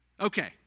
Okay